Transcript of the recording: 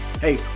Hey